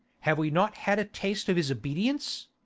have we not had a taste of his obedience?